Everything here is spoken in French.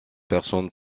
personne